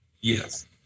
Yes